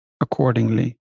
accordingly